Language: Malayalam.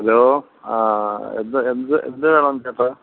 ഹലോ ആ ആ എന്താ എന്ത് എന്ത് വേണം ചേട്ടാ